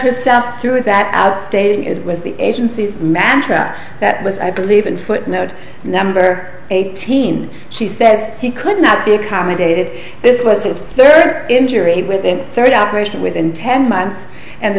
herself through that out stated it was the agency's matra that was i believe in footnote number eighteen she says he could not be accommodated this was it's their injury within thirty operation within ten months and the